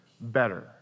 better